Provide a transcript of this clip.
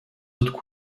autres